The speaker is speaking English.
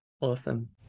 Awesome